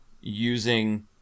using